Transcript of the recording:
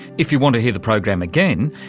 if you want to hear the program again,